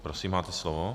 Prosím, máte slovo.